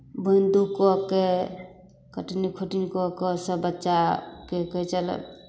बोनि दुख कऽ के कटनी खोटनी कऽ के सभ बच्चा करि कऽ चलल